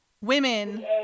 women